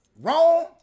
wrong